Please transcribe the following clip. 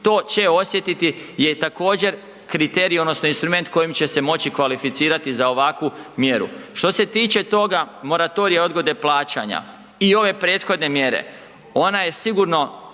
To će osjetiti je također kriterij odnosno instrument kojim će se moći kvalificirati za ovakvu mjeru. Što se tiče toga moratorija odgode plaćanja i ove prethodne mjere, ona je sigurno